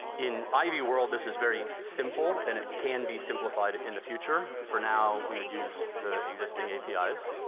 in ivy world, this is very simple, and it can be simplified in the future. for now, we would use the existing apis.